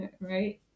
right